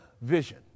vision